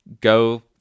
Go